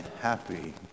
happy